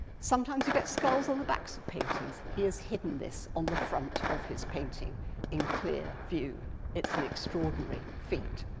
sometimes you get skulls on the backs of paintings, he has hidden this on the front of his painting in clear view it's an extraordinary feat.